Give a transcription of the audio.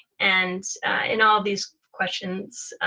and in all these questions,